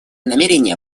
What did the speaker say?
намерение